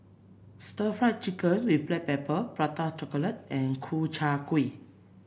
stir Fry Chicken with Black Pepper Prata Chocolate and Ku Chai Kuih